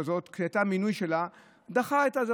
שהיה מינוי שלה, והוא דחה את זה.